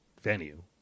venue